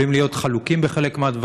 אנחנו יכולים להיות חלוקים על חלק מהדברים,